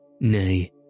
Nay